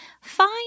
Fine